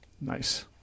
Nice